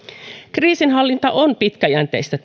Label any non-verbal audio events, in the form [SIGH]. kriisinhallinta on pitkäjänteistä [UNINTELLIGIBLE]